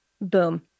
Boom